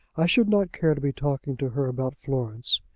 i should not care to be talking to her about florence,